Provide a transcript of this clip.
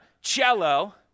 cello